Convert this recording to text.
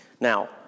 Now